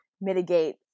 mitigate